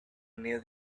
near